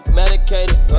medicated